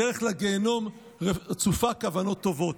הדרך לגיהינום רצופה כוונות טובות.